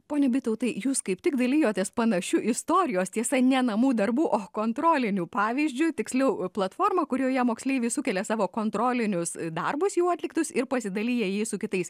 pone vytautai jūs kaip tik dalijotės panašiu istorijos tiesa ne namų darbų o kontrolinių pavyzdžiui tiksliau platformą kurioje moksleiviai sukelia savo kontrolinius darbus jau atliktus ir pasidalijai su kitais